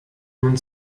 man